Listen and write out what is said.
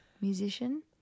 musician